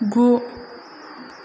गु